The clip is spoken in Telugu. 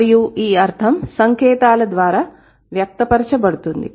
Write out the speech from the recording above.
మరియు ఈ అర్థం సంకేతాల ద్వారా వ్యక్తపరచబడుతుంది